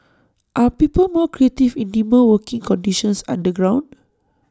are people more creative in dimmer working conditions underground